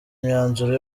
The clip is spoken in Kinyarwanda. imyanzuro